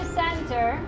center